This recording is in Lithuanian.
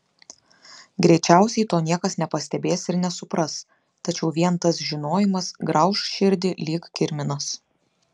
greičiausiai to niekas nepastebės ir nesupras tačiau vien tas žinojimas grauš širdį lyg kirminas